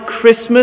Christmas